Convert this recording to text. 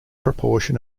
proportion